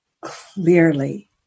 clearly